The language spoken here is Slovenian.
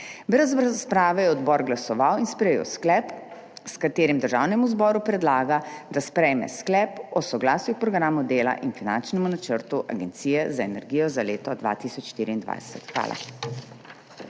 Brez razprave je odbor glasoval in sprejel sklep, s katerim Državnemu zboru predlaga, da sprejme sklep o soglasju k Programu dela in finančnemu načrtu Agencije za energijo za leto 2024. Hvala.